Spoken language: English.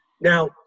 Now